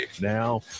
now